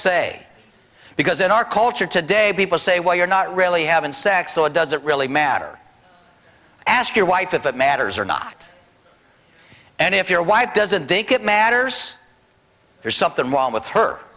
say because in our culture today people say well you're not really having sex so it doesn't really matter ask your wife if it matters or not and if your wife doesn't think it matters there's something wrong with her